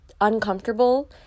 uncomfortable